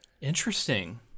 Interesting